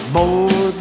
more